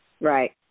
Right